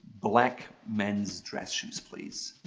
black men's dress shoes please.